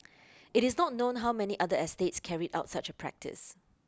it is not known how many other estates carried out such a practice